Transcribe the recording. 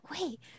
Wait